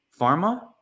pharma